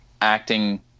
acting